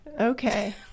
Okay